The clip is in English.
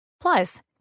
Plus